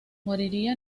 moriría